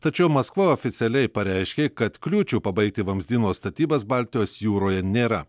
tačiau maskva oficialiai pareiškė kad kliūčių pabaigti vamzdyno statybas baltijos jūroje nėra